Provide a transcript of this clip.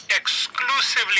exclusively